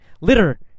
Litter